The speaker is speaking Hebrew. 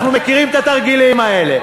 אנחנו מכירים את התרגילים האלה.